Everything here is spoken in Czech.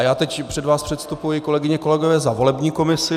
Já teď před vás předstupuji, kolegyně a kolegové, za volební komisi.